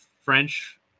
french